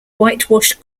whitewashed